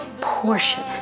portion